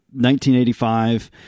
1985